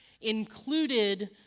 included